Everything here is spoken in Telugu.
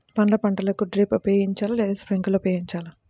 పండ్ల పంటలకు డ్రిప్ ఉపయోగించాలా లేదా స్ప్రింక్లర్ ఉపయోగించాలా?